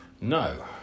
no